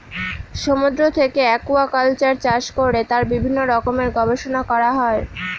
সমুদ্র থেকে একুয়াকালচার চাষ করে তার বিভিন্ন রকমের গবেষণা করা হয়